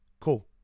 Cool